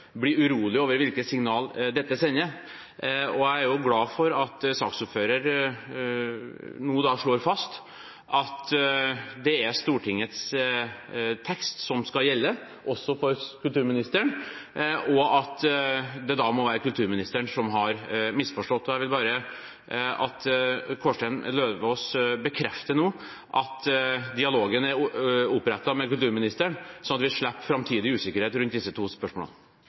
urolig over hvilke signaler dette sender. Jeg er glad for at saksordføreren nå slår fast at det er Stortingets tekst som skal gjelde, også for kulturministeren, og at det da må være kulturministeren som har misforstått. Jeg vil bare at Kårstein Eidem Løvaas nå bekrefter at dialogen med kulturministeren er opprettet, slik at vi slipper framtidig usikkerhet rundt disse to spørsmålene.